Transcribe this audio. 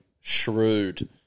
shrewd